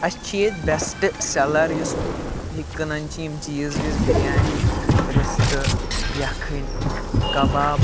اَسہِ چھِ ییٚتہِ بیسٹہٕ سیٚلَر یُس یہِ کٕنان چھِ یِم چیٖز ویٖز بِریانی رِستہٕ یَکھٕنۍ کَباب